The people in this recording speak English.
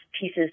pieces